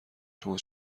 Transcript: شما